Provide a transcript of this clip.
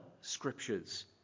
scriptures